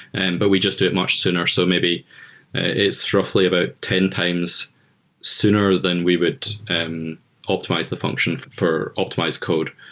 and but we just do it much sooner. so maybe it's roughly about ten times sooner than we would optimize the function for optimized code.